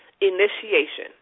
initiation